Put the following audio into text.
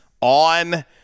on